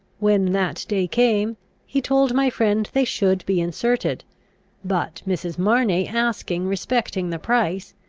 when that day came he told my friend they should be inserted but, mrs. marney asking respecting the price,